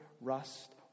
rust